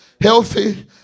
Healthy